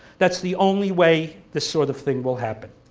that's the only way this sort of thing will happen.